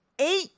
eight